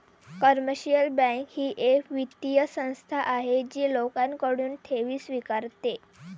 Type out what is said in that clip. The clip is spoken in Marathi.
कमर्शियल बँक ही एक वित्तीय संस्था आहे जी लोकांकडून ठेवी स्वीकारते